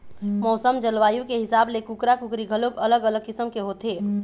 मउसम, जलवायु के हिसाब ले कुकरा, कुकरी घलोक अलग अलग किसम के होथे